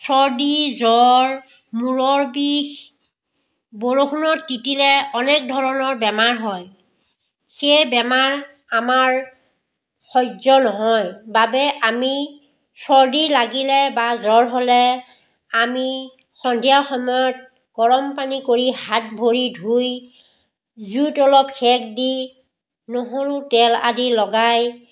চৰ্দি জ্বৰ মূৰৰ বিষ বৰষুণত তিতিলে অনেক ধৰণৰ বেমাৰ হয় সেই বেমাৰ আমাৰ সহ্য নহয় বাবে আমি চৰ্দি লাগিলে বা জ্বৰ হ'লে আমি সন্ধিয়া সময়ত গৰম পানী কৰি হাত ভৰি ধুই জুইত অলপ সেক দি নহৰু তেল আদি লগাই